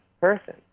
person